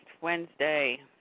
Wednesday